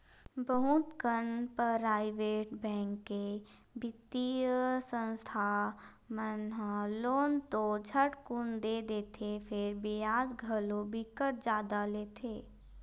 बहुत कन private bank के बित्तीय संस्था मन ह लोन तो झटकुन दे देथे फेर बियाज घलो बिकट जादा लेथे